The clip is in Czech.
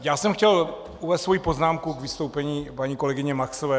Já jsem chtěl uvést svoji poznámku k vystoupení paní kolegyně Maxové.